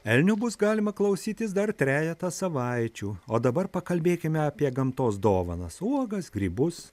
elnių bus galima klausytis dar trejetą savaičių o dabar pakalbėkime apie gamtos dovanas uogas grybus